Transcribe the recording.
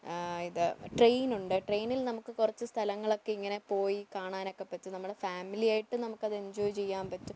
ഇത് ട്രെയിനൊണ്ട് ട്രെയിനിൽ നമുക്ക് കൊറച്ച് സ്ഥലങ്ങളൊക്കെ ഇങ്ങനെ പോയി കാണാനൊക്കെ പറ്റും നമ്മുടെ ഫാമിലിയായിട്ട് നമുക്കത് എൻജോയ് ചെയ്യാൻ പറ്റും